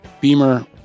Beamer